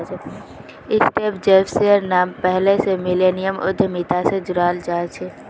Steve जॉब्सेर नाम पैहलौं स मिलेनियम उद्यमिता स जोड़ाल जाछेक